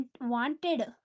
wanted